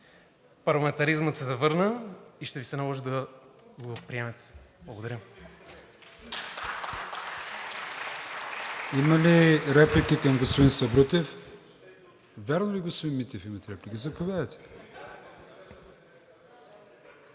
Парламентаризмът се завърна и ще Ви се наложи да го приемете. Благодаря.